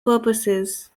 purposes